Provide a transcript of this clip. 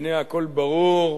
והנה הכול ברור,